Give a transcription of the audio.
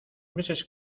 meses